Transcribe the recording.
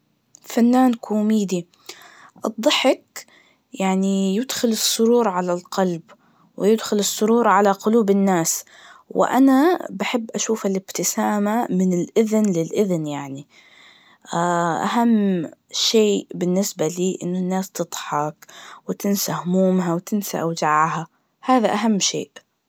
فنان كوميدي, الضحك يعني يدخل السرور على القلب, ويدخل السرور على قلوب الناس, وأنا بحب أشوف الإبتسامة من الأذن للأذن يعني, أهم شي بالنسبةة لي إن الناس تضحك وتنسى همومها وتنسى أوجاعها, هذا أهم شيء.